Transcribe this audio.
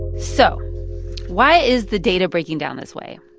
so why is the data breaking down this way?